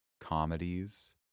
comedies